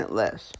less